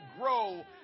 grow